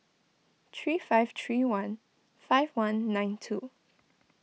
three five three one five one nine two